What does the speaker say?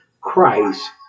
Christ